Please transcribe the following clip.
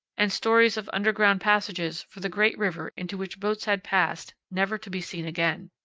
and stories of underground passages for the great river into which boats had passed never to be seen again.